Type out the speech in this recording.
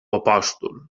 apòstol